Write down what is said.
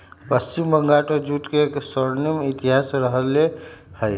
पश्चिम बंगाल में जूट के स्वर्णिम इतिहास रहले है